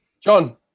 John